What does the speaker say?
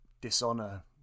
dishonor